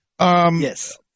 Yes